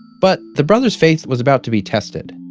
but the brothers' faith was about to be tested.